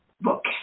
book